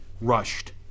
rushed